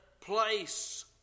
place